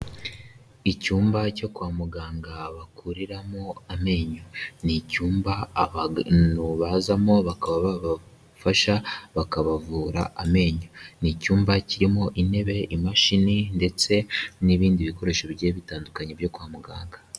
Icyumba cyo kwa muganga bakuriramo amenyo ni icyumba abantu bazamo bakaba babafasha bakabavura amenyo ni icyumba kirimo intebe, imashini ndetse n'ibindi bikoresho bigiye bitandukanye byo kwa muganga.